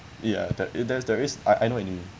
ya there is there is uh I know what you mean